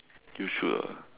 you sure